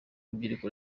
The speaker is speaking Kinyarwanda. urubyiruko